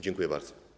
Dziękuję bardzo.